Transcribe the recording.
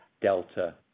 delta